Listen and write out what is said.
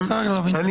אני רוצה רגע להבין,